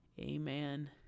amen